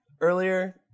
earlier